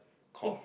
core